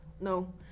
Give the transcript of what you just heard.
no